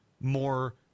more